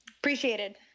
Appreciated